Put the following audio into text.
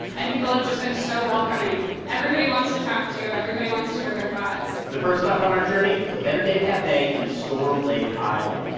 and people have just been so welcoming. everybody wants to talk to you. everybody wants to share their thoughts the first stop on our journey the better day cafe in storm lake, iowa,